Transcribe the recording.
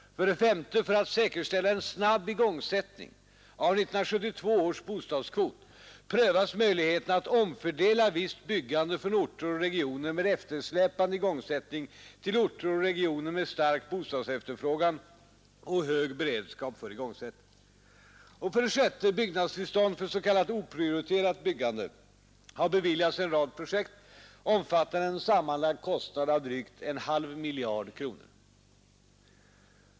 5. För att säkerställa en snabb igångsättning av 1972 års bostadskvot prövas möjligheterna att omfördela visst byggande från orter och regioner med eftersläpande igångsättning till orter och regioner med stark bostadsefterfrågan och hög beredskap för igångsättning. 6. Byggnadstillstånd för s.k. oprioriterat byggande har beviljats för en rad projekt omfattande en sammanlagd kostnad av drygt en halv miljard kronor.